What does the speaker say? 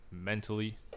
mentally